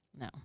No